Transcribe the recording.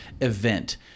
event